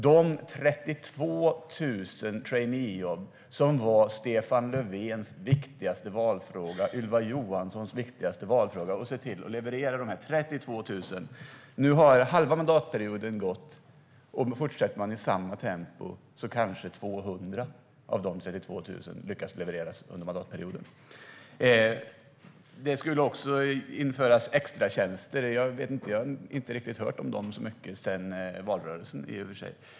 De 32 000 traineejobben var Stefan Löfvens och Ylva Johanssons viktigaste valfråga, att se till att leverera de 32 000 jobben. Nu har halva mandatperioden gått. Om man fortsätter i samma tempo kanske man lyckas leverera 200 av de 32 000 under mandatperioden. Det skulle också införas extratjänster. Jag har inte hört så mycket om dem sedan valrörelsen.